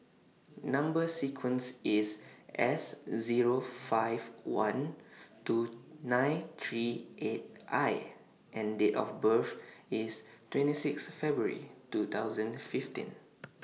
Number sequence IS S Zero five one two nine three eight I and Date of birth IS twenty six February two thousand fifteen